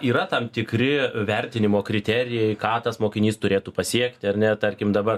yra tam tikri vertinimo kriterijai ką tas mokinys turėtų pasiekti ar ne tarkim dabar